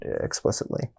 explicitly